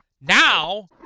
Now